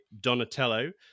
Donatello